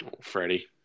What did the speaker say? Freddie